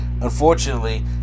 unfortunately